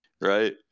right